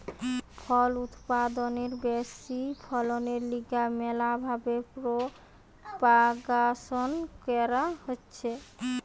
ফল উৎপাদনের ব্যাশি ফলনের লিগে ম্যালা ভাবে প্রোপাগাসন ক্যরা হতিছে